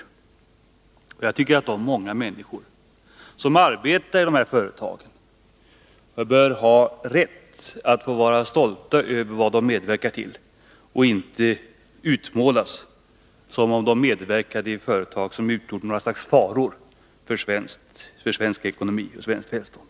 Jag tycker att de många människor som arbetar i dessa företag bör ha rätt att känna sig stolta över vad de medverkar till och att de inte skall utmålas som om de medverkade i företag som utgjorde några slags faror för svensk ekonomi och svenskt välstånd.